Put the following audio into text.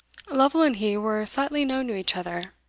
lovel and he were slightly known to each other.